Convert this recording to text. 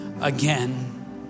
again